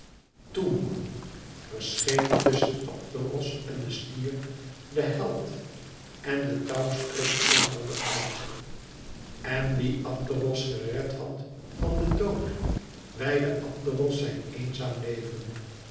toen verscheen tusschen abderos en den stier de held en de touwstrik kronkelde uit en wie abderos gered had van den dood wijdde abderos zijn eenzaam leven